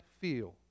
feel